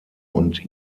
und